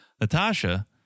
Natasha